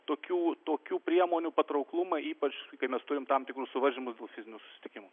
tokių tokių priemonių patrauklumą ypač kai mes turim tam tikrų suvaržymų dėl fizinių susitikimų